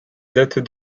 date